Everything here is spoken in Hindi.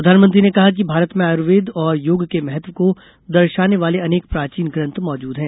प्रधानमंत्री ने कहा कि भारत में आयुर्वेद और योग के महत्व को दर्शाने वाले अनेक प्राचीन ग्रंथ मौजूद हैं